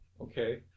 Okay